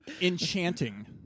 Enchanting